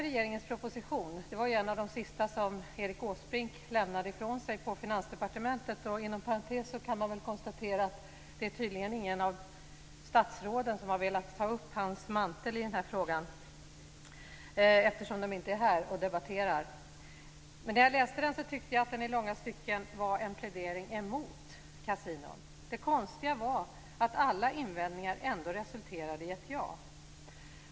Regeringens proposition var en av de sista som Erik Åsbrink lämnade ifrån sig på Finansdepartementet. Man kan inom parentes konstatera att det tydligen inte är något av statsråden som har velat ta upp hans mantel i den här frågan, eftersom ingen av dem är här och debatterar. När jag läste propositionen tyckte jag att den i långa stycken var en plädering emot kasinon. Det konstiga var att alla invändningar ändå resulterade i ett ja.